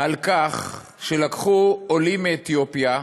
על כך שלקחו עולים מאתיופיה,